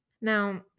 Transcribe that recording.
Now